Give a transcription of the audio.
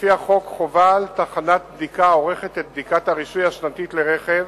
לפי החוק חובה על תחנת בדיקה העורכת את בדיקת הרישוי השנתית לרכב